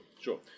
sure